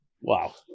Wow